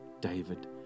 David